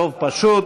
רוב פשוט